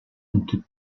into